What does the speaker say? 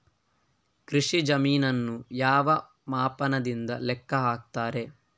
ಕೃಷಿ ಜಮೀನನ್ನು ಯಾವ ಮಾಪನದಿಂದ ಲೆಕ್ಕ ಹಾಕ್ತರೆ?